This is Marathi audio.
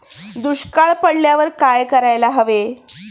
दुष्काळ पडल्यावर काय करायला हवे?